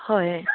হয়